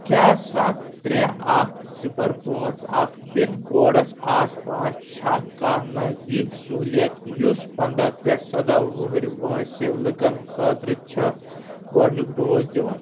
کیٛاہ ستھ ترٛےٚ اکھ صِفر پانٛژھ اکھ پِن کوڈس آس پاس چھا کانٛہہ نزدیٖک سہوٗلیت یُس پندہ پٮ۪ٹھ سدہ وُہٕر وٲنٛسہِ لُکن خٲطرٕ چھِ گۄڈنیُک ڈوز دِوان